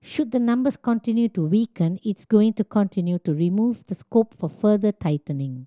should the numbers continue to weaken it's going to continue to remove the scope for further tightening